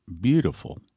beautiful